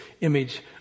image